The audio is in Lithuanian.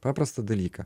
paprastą dalyką